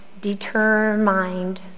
determined